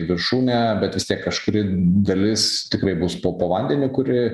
viršūnė bet vis tiek kažkuri dalis tikrai bus po po vandeniu kuri